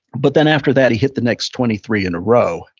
but then after that he hit the next twenty three in a row.